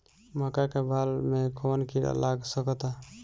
मका के बाल में कवन किड़ा लाग सकता?